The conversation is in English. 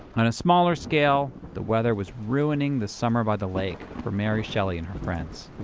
on a smaller scale, the weather was ruining the summer by the lake for mary shelley and her friend.